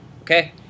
okay